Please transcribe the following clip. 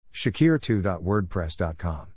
Shakir2.wordpress.com